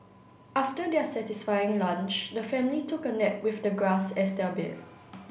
after their satisfying lunch the family took a nap with the grass as their bed